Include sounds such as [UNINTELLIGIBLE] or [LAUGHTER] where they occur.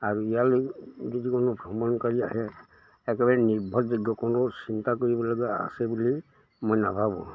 আৰু ইয়ালৈ [UNINTELLIGIBLE] কোনো ভ্ৰমণকাৰী আহে একেবাৰে নিৰ্ভৰযোগ্য কোনো চিন্তা কৰিবলগীয়া আছে বুলি মই নাভাবোঁ